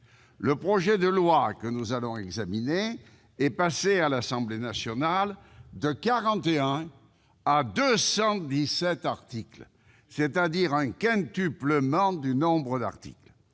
Le projet de loi que nous allons examiner est passé à l'Assemblée nationale de 41 à 217 articles. Il a donc connu un quintuplement du nombre de ses articles